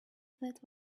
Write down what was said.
that